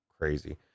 crazy